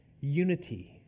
unity